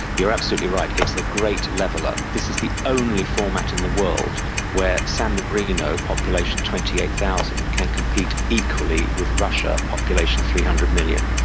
you're absolutely right, it's a great leveller. this is the only format in the world where san marino, population twenty eight thousand, can compete equally with russia, population three hundred million.